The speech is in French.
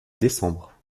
décembre